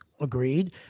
Agreed